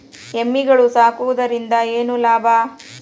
ಎಮ್ಮಿಗಳು ಸಾಕುವುದರಿಂದ ಏನು ಲಾಭ?